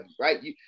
right